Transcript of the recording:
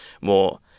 more